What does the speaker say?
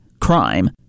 crime